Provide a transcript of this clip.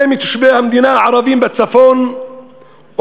מזה של תושבי המדינה הערבים בצפון ובמרכז.